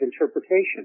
interpretation